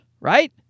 right